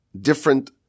different